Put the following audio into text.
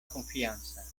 confianza